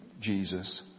Jesus